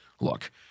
look